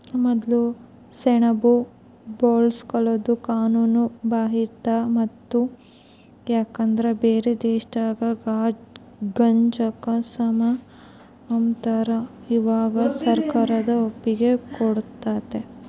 ಮೊದ್ಲು ಸೆಣಬು ಬೆಳ್ಸೋದು ಕಾನೂನು ಬಾಹಿರ ಇತ್ತು ಯಾಕಂದ್ರ ಬ್ಯಾರೆ ದೇಶದಾಗ ಗಾಂಜಾಕ ಸಮ ಅಂಬತಾರ, ಇವಾಗ ಸರ್ಕಾರ ಒಪ್ಪಿಗೆ ಕೊಟ್ಟತೆ